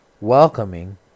welcoming